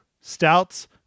stouts